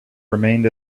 remained